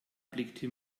blickte